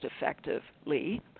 effectively